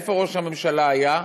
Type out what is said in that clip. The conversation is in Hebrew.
איפה ראש הממשלה היה?